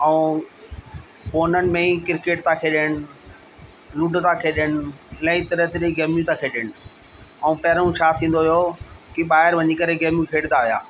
ऐं फोननि में ई क्रिकेट था खेॾनि लूडो था खेॾनि इलाही तरह तरह जूं गेमूं था खेॾनि ऐं पहिरियों छा थींदो हुओ की ॿाहिरि वञी करे गेमूं खेॾींदा हुया